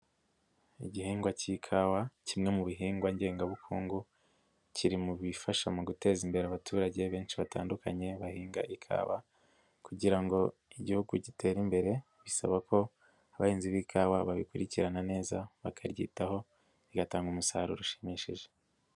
Igihingwa k'ikawa kimwe mu bihingwa ngengabukungu kiri mu bifasha mu guteza imbere abaturage benshi batandukanye bahinga ikawa, kugira ngo igihugu gitere imbere bisaba ko abahinzi b'ikawa bayikurikirana neza bakayitaho igatanga umusaruro ushimishije.